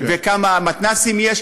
וכמה מתנ"סים יש,